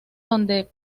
donde